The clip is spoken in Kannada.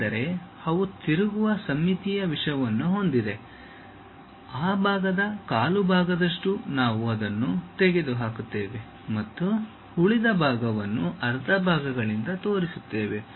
ಏಕೆಂದರೆ ಅವು ತಿರುಗುವ ಸಮ್ಮಿತೀಯ ವಿಷಯವನ್ನು ಹೊಂದಿವೆ ಆ ಭಾಗದ ಕಾಲು ಭಾಗದಷ್ಟು ನಾವು ಅದನ್ನು ತೆಗೆದುಹಾಕುತ್ತೇವೆ ಮತ್ತು ಉಳಿದ ಭಾಗವನ್ನು ಅರ್ಧ ಭಾಗಗಳಿಂದ ತೋರಿಸುತ್ತೇವೆ